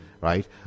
right